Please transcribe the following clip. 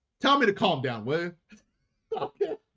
tell me to calm down will okay